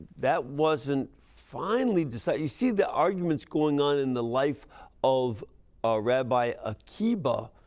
that wasn't finally decided. you see, the argument is going on in the life of ah rabbi akiba,